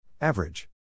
Average